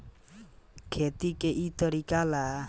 खेती के इ तरीका ला कवनो बड़का जगह के जरुरत नइखे